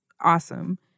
awesome